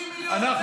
50 מיליון,